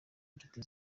nshuti